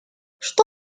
что